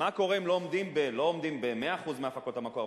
מה קורה אם לא עומדים ב-100% הפקות המקור,